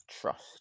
trust